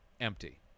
empty